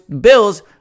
Bills